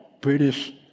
British